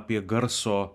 apie garso